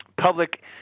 public